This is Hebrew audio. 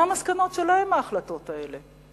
מה המסקנות שלהם מההחלטות האלה,